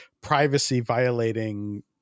privacy-violating